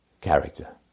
character